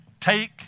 take